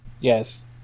Yes